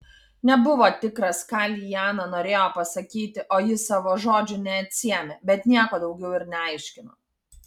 nebuvo tikras ką liana norėjo pasakyti o ji savo žodžių neatsiėmė bet nieko daugiau ir neaiškino